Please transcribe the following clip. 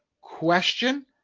question